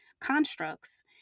constructs